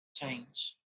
change